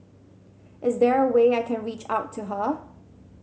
is there a way I can reach out to her